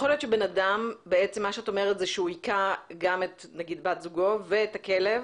את אומרת שיכול להיות שאדם היכה גם את בת זוגו ואת הכלב,